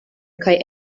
kaj